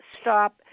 stop